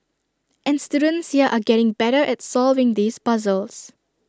and students here are getting better at solving these puzzles